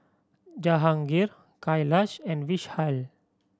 Jahangir Kailash and Vishal